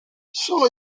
solo